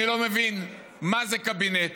אני לא מבין מה זה קבינט